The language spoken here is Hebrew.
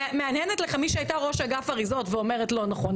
מהנהנת לך מי שהייתה ראש אגף אריזות ואומרת לא נכון.